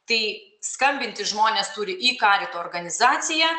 tai skambinti žmonės turi į karito organizaciją